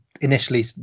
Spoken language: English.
initially